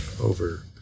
over